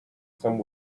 some